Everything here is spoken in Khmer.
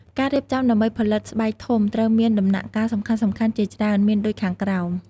ការរៀបចំដើម្បីផលិត ស្បែកធំ ត្រូវមានដំណាក់កាលសំខាន់ៗជាច្រើន មានដូចខាងក្រោម។